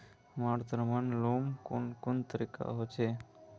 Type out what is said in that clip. हमरा ऋण लुमू कुन कुन तरीका होचे?